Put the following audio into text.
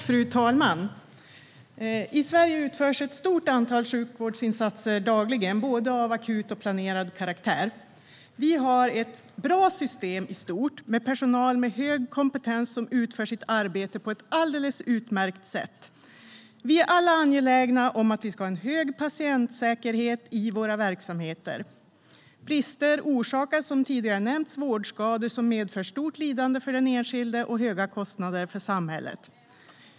Fru talman! I Sverige utförs ett stort antal sjukvårdsinsatser dagligen av både akut och planerad karaktär. Vi har ett bra system i stort, med personal med hög kompetens som utför sitt arbete på ett alldeles utmärkt sätt. Vi är alla angelägna om att ha en hög patientsäkerhet i våra verksamheter. Brister orsakar vårdskador som medför stort lidande för den enskilde och höga kostnader för samhället.